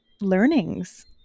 learnings